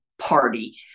party